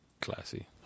Classy